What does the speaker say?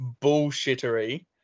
bullshittery